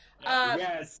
Yes